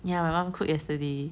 ya my mum cooked yesterday